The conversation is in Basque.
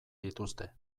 dituzte